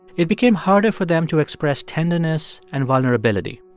it became harder for them to express tenderness and vulnerability.